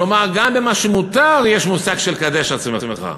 כלומר גם במה שמותר יש מושג של "קדש עצמך".